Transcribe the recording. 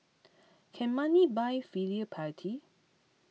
can money buy filial piety